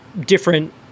different